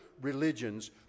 religions